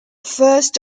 first